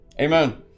Amen